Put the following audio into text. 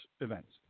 events